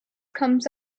comes